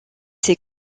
ces